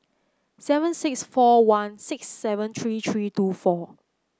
seven six four one six seven three three two four